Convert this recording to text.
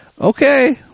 Okay